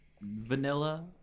vanilla